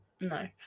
No